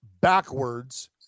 backwards